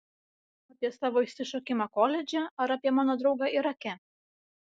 apie savo išsišokimą koledže ar apie mano draugą irake